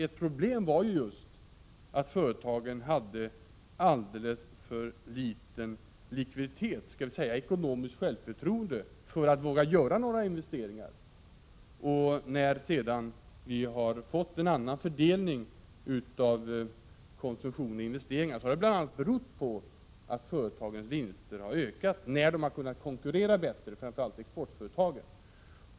Ett problem var ju just att företagen hade alldeles för liten likviditet — eller skall vi säga ekonomiskt självförtroende — för att våga göra några investeringar, och när vi sedan har fått en annan fördelning mellan konsumtion och investeringar så har det bl.a. berott på att företagens vinster har ökat när de har kunnat konkurrera bättre, framför allt exportföretagen.